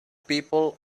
people